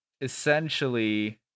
essentially